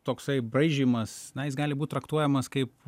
toksai braižymas na jis gali būt traktuojamas kaip